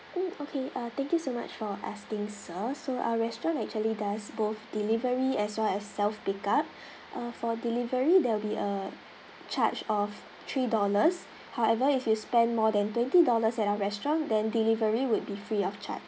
mm okay ah thank you so much for asking sir so our restaurant actually does both delivery as well as self pick up err for delivery there will be a charge of three dollars however if you spend more than twenty dollars at a restaurant than delivery would be free of charge